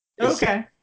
Okay